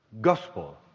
gospel